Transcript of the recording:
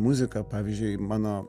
muzika pavyzdžiui mano